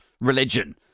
religion